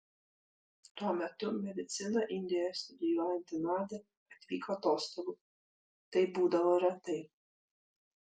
tuo metu mediciną indijoje studijuojanti nadia atvyko atostogų tai būdavo retai